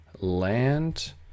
land